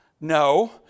no